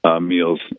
meals